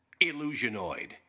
Illusionoid